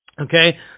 Okay